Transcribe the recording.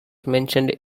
mentioned